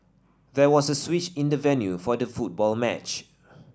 there was a switch in the venue for the football match